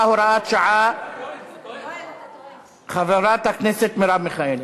(הוראת שעה) (תיקון מס' 2). חברת הכנסת מרב מיכאלי.